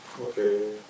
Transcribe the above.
Okay